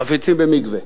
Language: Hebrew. חפצים במקווה,